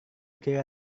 kira